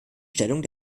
stellung